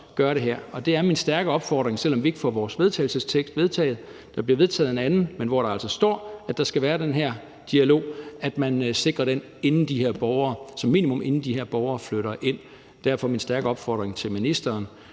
Det er min stærke opfordring, selv om vi ikke får vores forslag til vedtagelse vedtaget – der bliver vedtaget et andet – hvor der altså står, at der skal være den her dialog, og at man som minimum sikrer den, inden de her borgere flytter ind; derfor min stærke opfordring til ministeren.